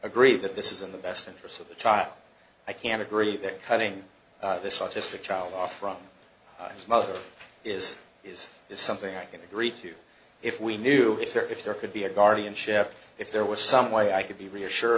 agree that this is in the best interests of the child i can agree that cutting this autistic child off from his mother is is is something i can agree to if we knew if there if there could be a guardianship if there was some way i could be reassure